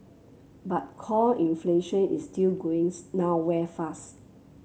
but core inflation is still going nowhere fast